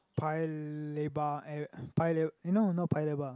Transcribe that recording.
Paya-Lebar and Paya eh no not Paya-Lebar